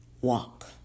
Walk